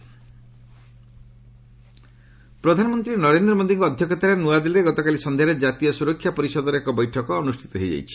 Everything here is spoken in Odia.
ପିଏମ୍ ମିଟିଂ ପ୍ରଧାନମନ୍ତ୍ରୀ ନରେନ୍ଦ୍ର ମୋଦିଙ୍କ ଅଧ୍ୟକ୍ଷତାରେ ନ୍ତଆଦିଲ୍ଲୀ ଗତ ସନ୍ଧ୍ୟାରେ ଜାତୀୟ ସୁରକ୍ଷା ପରିଷଦର ଏକ ବୈଠକ ଅନୁଷ୍ଠିତ ହୋଇଯାଇଛି